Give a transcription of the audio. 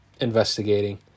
investigating